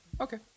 Okay